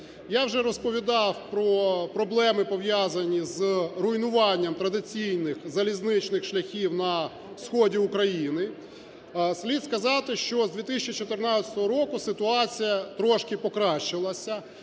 Я вже розповідав про проблеми, пов'язані з руйнуванням традиційних залізничних шляхів на сході України. Слід сказати, що з 2014 року ситуація трішки покращилася.